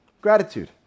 Gratitude